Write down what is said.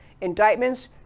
Indictments